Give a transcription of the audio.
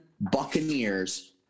Buccaneers